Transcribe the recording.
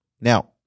Now